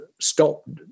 stopped